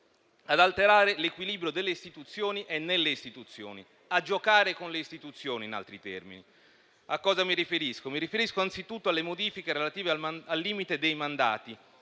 ad alterare l'equilibrio delle istituzioni e nelle istituzioni, a giocare con le istituzioni, in altri termini. Mi riferisco anzitutto alle modifiche relative al limite dei mandati,